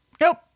Nope